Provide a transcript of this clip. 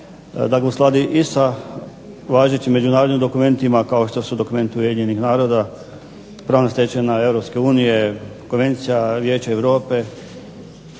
da ga uskladi i sa važećim međunarodnim dokumentima kao što su dokumenti Ujedinjenih naroda, pravna stečevina Europske unije, Konvencija Vijeća Europe,